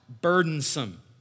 burdensome